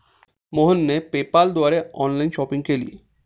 मोहनने पेपाल द्वारे online shopping केली